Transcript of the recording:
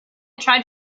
tried